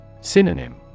Synonym